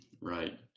Right